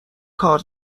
کار